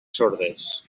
sordes